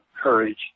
courage